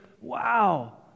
wow